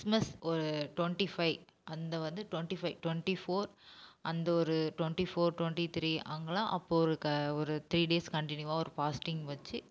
Christmas ஒரு twenty five அந்த வந்து டொண்ட்டி ஃபைவ் டொண்ட்டி ஃபோர் அந்த ஒரு டொண்ட்டி ஃபோர் டொண்ட்டி த்ரீ அங்கல்லாம் அப்போ ஒரு க ஒரு த்ரீ டேஸ் கன்டினியூவாக ஒரு பாஸ்டிங் வச்சு